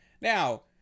Now